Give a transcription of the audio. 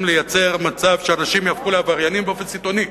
לייצר מצב שאנשים יהפכו לעבריינים באופן סיטוני.